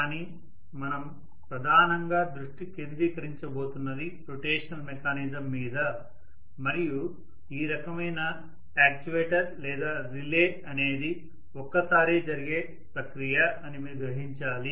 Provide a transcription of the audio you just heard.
కానీ మనం ప్రధానంగా దృష్టి కేంద్రీకరించబోతున్నది రొటేషనల్ మెకానిజం మీద మరియు ఈ రకమైన యాక్యుయేటర్ లేదా రిలే అనేది ఒక్కసారే జరిగే ప్రక్రియ అని మీరు గ్రహించాలి